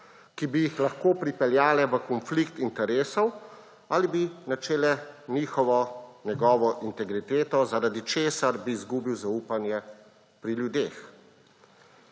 ki bi jih lahko pripeljale v konflikt interesov ali bi načele njihovo, njegovo integriteto, zaradi česar bi izgubil zaupanje pri ljudeh.